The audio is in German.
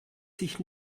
sich